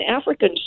African